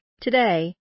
Today